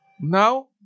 Now